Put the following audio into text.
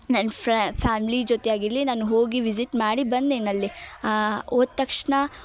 ನನ್ನ ಫ್ಯಾಮ್ಲಿ ಜೊತೆ ಆಗಿರಲಿ ನಾನು ಹೋಗಿ ವಿಝಿಟ್ ಮಾಡಿ ಬಂದಿನಲ್ಲಿ ಹೋದ ತಕ್ಷಣ